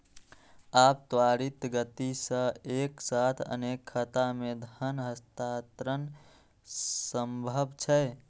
आब त्वरित गति सं एक साथ अनेक खाता मे धन हस्तांतरण संभव छै